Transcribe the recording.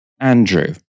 Andrew